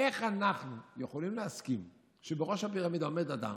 איך אנחנו יכולים להסכים שבראש הפירמידה עומד אדם,